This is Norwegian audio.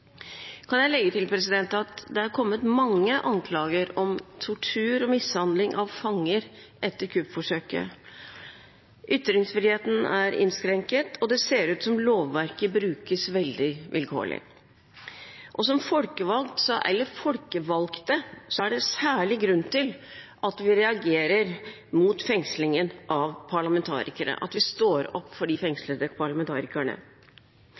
kan legge til at det er kommet mange anklager om tortur og mishandling av fanger etter kuppforsøket. Ytringsfriheten er innskrenket, og det ser ut som lovverket brukes veldig vilkårlig. Som folkevalgte er det særlig grunn til å reagere mot fengslingen av parlamentarikere, at vi står opp for de fengslede parlamentarikerne.